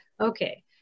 okay